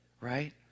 right